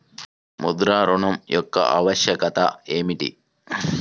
ముద్ర ఋణం యొక్క ఆవశ్యకత ఏమిటీ?